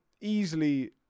easily